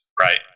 right